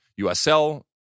USL